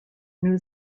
new